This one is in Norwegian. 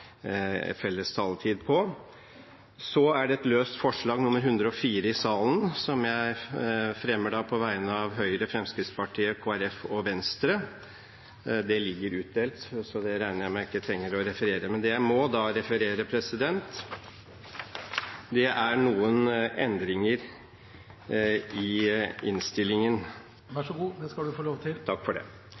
felles med denne saken. Så er det et løst forslag, nr. 104, i salen, som jeg fremmer på vegne av Høyre, Fremskrittspartiet, Kristelig Folkeparti og Venstre. Det ligger utdelt, så det regner jeg med jeg ikke trenger å referere. Men det jeg må referere, er noen endringer i innstillingen. Vær så god, det skal representanten få lov til. Takk for det.